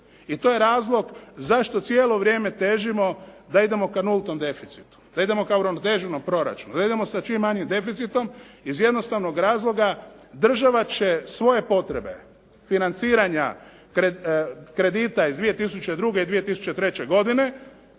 I to je razlog zašto cijelo vrijeme težimo da idemo ka nultom deficitu, da idemo kao uravnoteženom proračunu, da idemo sa čim manjim deficitom, iz jednostavnog razloga, država će svoje potrebe financiranja kredita iz 2002. i 2003. godine